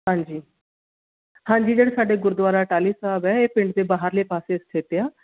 ਹਾਂਜੀ ਹਾਂਜੀ ਜਿਹੜੇ ਸਾਡੇ ਗੁਰਦੁਆਰਾ ਟਾਹਲੀ ਸਾਹਿਬ ਹੈ ਇਹ ਪਿੰਡ ਦੇ ਬਾਹਰਲੇ ਪਾਸੇ ਸਥਿਤ ਆ